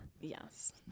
yes